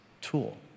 tool